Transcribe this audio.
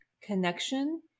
connection